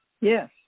Yes